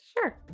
Sure